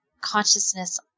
consciousness